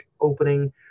opening